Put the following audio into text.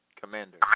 commander